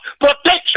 protection